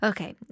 Okay